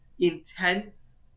intense